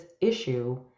issue